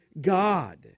God